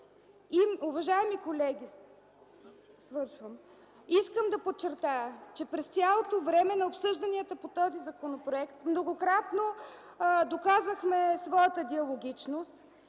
28. Уважаеми колеги, искам да подчертая, че през цялото време на обсъжданията по този законопроект многократно доказахме своята диалогичност